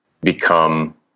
become